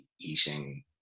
eating